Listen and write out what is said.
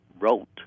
wrote